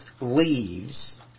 leaves